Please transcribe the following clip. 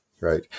right